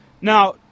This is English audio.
Now